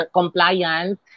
compliance